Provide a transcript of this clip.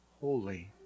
holy